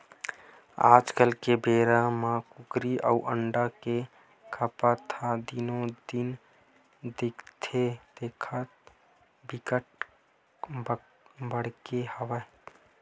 आजकाल के बेरा म कुकरी अउ अंडा के खपत ह दिनो दिन देखथे देखत बिकट बाड़गे हवय